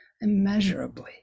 immeasurably